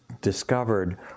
discovered